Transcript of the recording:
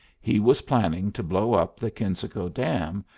he was planning to blow up the kensico dam,